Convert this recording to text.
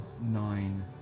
nine